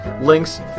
links